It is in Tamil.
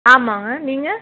ஆமாங்க நீங்கள்